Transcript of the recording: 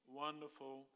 wonderful